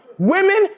Women